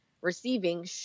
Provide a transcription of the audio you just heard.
receiving